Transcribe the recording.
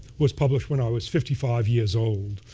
was published when i was fifty five years old,